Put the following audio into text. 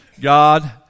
God